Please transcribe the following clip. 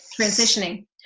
transitioning